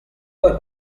poi